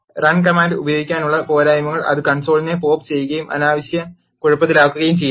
run command ഉപയോഗിക്കുന്നതിന്റെ പോരായ്മകൾ അത് കൺസോളിനെ പോപ്പ് ചെയ്യുകയും അനാവശ്യമായി കുഴപ്പത്തിലാക്കുകയും ചെയ്യുന്നു